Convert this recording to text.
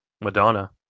Madonna